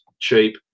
cheap